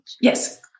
Yes